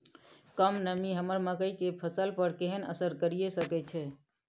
कम नमी हमर मकई के फसल पर केहन असर करिये सकै छै?